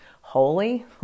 holy